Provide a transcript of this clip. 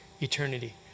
eternity